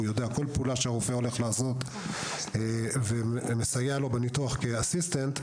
כי הוא יודע כל פעולה שהרופא הולך לעשות ומסייע לו כאסיסטנט בניתוח.